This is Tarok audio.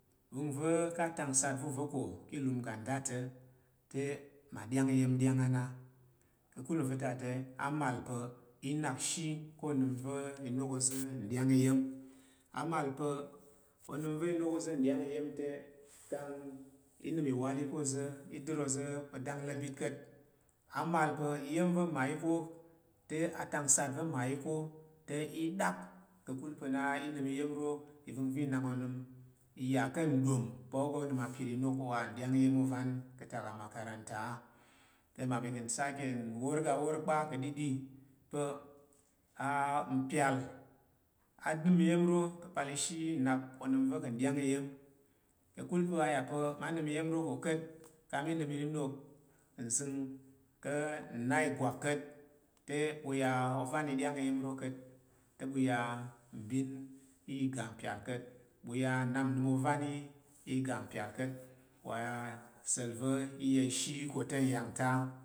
Uvəngva̱ ka̱ atak sat va̱ uza̱ ko, ki ilim ga data̱, te mma ɗya’ng iya̱n ɗy’ang ‘ na. Kakul nva̱ ta te amal i nakshi ko, onəm va̱ inok oza̱ nɗya’ng iya̱n. Awa’l pa̱ onəm va̱ inok oza̱ nɗa’ng iya̱n te kang i nəm i wali ka̱ oza̱ i ɗir oza pa̱ d’anglibit ka̱t. Ama’l iya̱n va̱ mmayi ka, te atak nsat mmayi ko, te in ɗak, kakul pa̱ n a’ t nəm iya̱n ro ivəngva̱ i nak onəm iya ka nɗpm pa̱ o’ ga o’ nəm apir inok wa nɗya’ng iya̱n ovan katak amakaranta a. Te mammi ka̱ saki nwor awor kpa’ kaɗiɗi pa̱ mpyal, a nəm iya̱n ro ka̱ pal ishi nnap onəm va̱ ka̱ ɗy’ang iya̱n. Kakul pa̱ a ya’ pa̱ ma nəm iya̱n ro ko ka̱t ka mi nəm inunok nzəng ka̱ nna’ igwak ka̱t te, ɓu ya ovan i ɗya’ng iya̱n ro ka̱y, te ɓu ya mbin, ga pyal ka̱t, ɓu ya nnap nnam ovan yi i ga pyal ka̱t wa sa̱l va i ya ishi ko ta nya’ng ta̱.